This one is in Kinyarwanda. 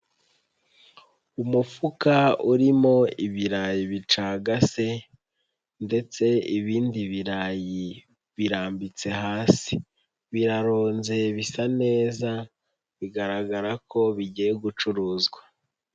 Umufuka urimo ibirayi bicagase ndetse ibindi birayi birambitse hasi, biraronze bisa neza, bigaragara ko bigiye gucuruzwa.